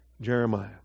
Jeremiah